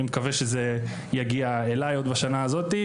אני מקווה שזה יגיע אליי עוד בשנה הזאת.